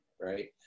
right